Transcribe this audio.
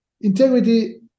Integrity